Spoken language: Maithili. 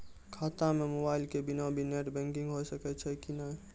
खाता म मोबाइल के बिना भी नेट बैंकिग होय सकैय छै कि नै?